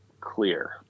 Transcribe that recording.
clear